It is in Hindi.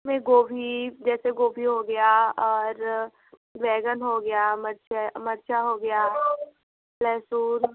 गोभी जैसे गोभी हो गया और बैंगन हो गया मर्च मिर्च हो गया लेहसुन